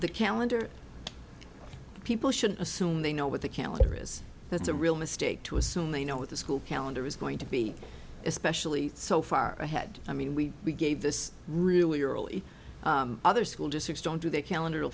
the calendar people shouldn't assume they know what the calendar is that's a real mistake to assume they know what the school calendar is going to be especially so far ahead i mean we we gave this really early other school districts don't do that calendar